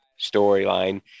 storyline